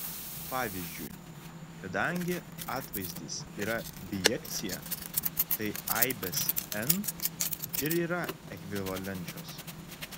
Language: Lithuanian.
pavyzdžiui kadangi atvaizdis yra bijekcija tai aibės n ir yra ekvivalenčios